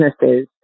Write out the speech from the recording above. businesses